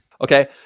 Okay